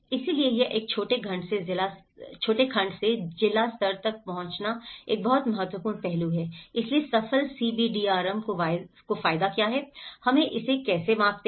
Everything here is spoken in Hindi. इसलिए यह एक छोटे खंड से जिला स्तर तक पहुंचना एक बहुत महत्वपूर्ण पहलू है इसलिए सफल CBDRM के वायदा क्या हैं हम इसे कैसे मापते हैं